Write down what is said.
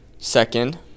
Second